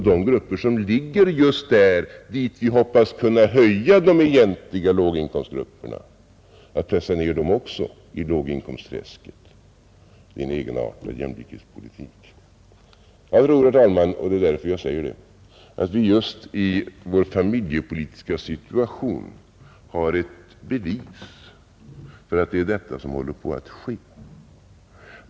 De grupper som låg just på den nivå dit vi hoppas kunna höja de egentliga låginkomstgrupperna pressas alltså ned i låginkomstträsket. Det är en egenartad jämlikhetspolitik. Jag tror, herr talman, och det är därför jag säger det, att vi just i vår familjepolitiska situation har ett bevis för att det är detta som håller på att ske.